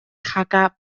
jaca